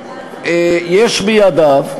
שבו יש בידיו,